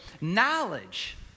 knowledge